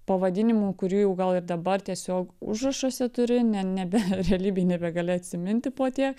pavadinimų kurių jau gal ir dabar tiesiog užrašuose turiu ne nebe realybėj nebegali atsiminti po tiek